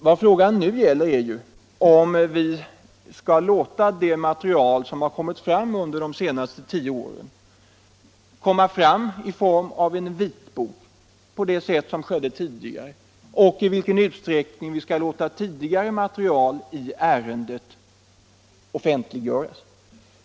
Vad frågan nu gäller är om vi i form av en vitbok skall ge ut det material, som kommit fram under de senaste tio åren, på samma sätt som tidigare skett och i vilken utsträckning vi skall låta tidigare material i ärendet bli offentliggjort.